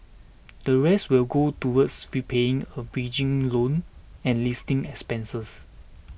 the rest will go towards repaying a bridging loan and listing expenses